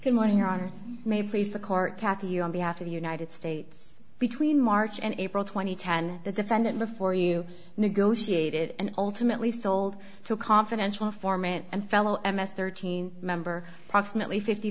good morning your honor may please the court kathy on behalf of the united states between march and april two thousand and ten the defendant before you negotiated and ultimately sold to a confidential informant and fellow m s thirteen member proximately fifty